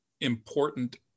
important